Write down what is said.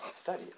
study